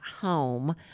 home